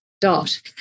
dot